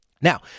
now